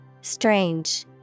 Strange